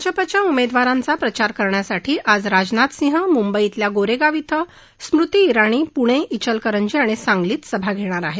भाजपाच्या उमेदवारांचा प्रचार करण्यासाठी आज राजनाथ सिंह मुंबईतल्या गोरेगाव इथं स्मृती इराणी पुणे इचलकरंजी आणि सांगलीत सभा घेणार आहेत